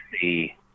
see